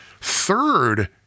Third